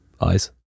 eyes